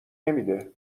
نمیده